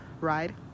ride